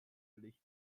licht